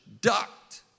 ducked